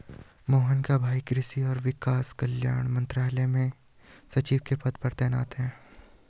मोहन का भाई कृषि और किसान कल्याण मंत्रालय में सचिव के पद पर तैनात है